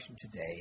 today